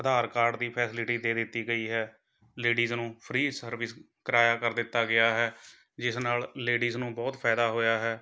ਅਧਾਰ ਕਾਰਡ ਦੀ ਫੈਸੀਲੀਟੀ ਦੇ ਦਿੱਤੀ ਗਈ ਹੈ ਲੇਡੀਜ਼ ਨੂੰ ਫ਼ਰੀ ਸਰਵਿਸ ਕਿਰਾਇਆ ਕਰ ਦਿੱਤਾ ਗਿਆ ਹੈ ਜਿਸ ਨਾਲ਼ ਲੇਡੀਜ਼ ਨੂੰ ਬਹੁਤ ਫਾਇਦਾ ਹੋਇਆ ਹੈ